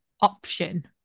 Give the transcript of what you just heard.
option